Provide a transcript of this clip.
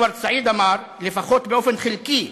פרופסור אדוארד סעיד אמר: "לפחות באופן חלקי,